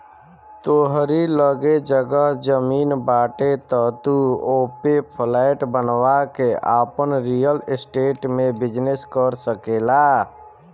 तोहरी लगे जगह जमीन बाटे तअ तू ओपे फ्लैट बनवा के आपन रियल स्टेट में बिजनेस कर सकेला